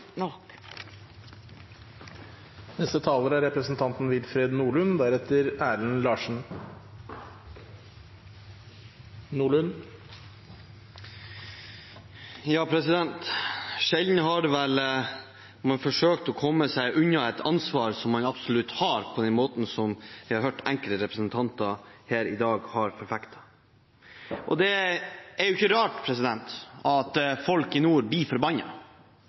Sjelden har vel noen forsøkt å komme seg unna et ansvar man absolutt har, på den måten som jeg har hørt enkelte representanter her i dag har gjort. Det er ikke rart at folk i nord blir